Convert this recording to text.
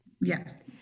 Yes